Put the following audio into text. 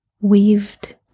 weaved